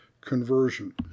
conversion